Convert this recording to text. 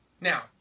Now